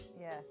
Yes